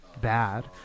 Bad